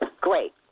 great